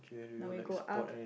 now we go up